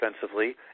defensively